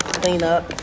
cleanup